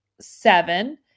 seven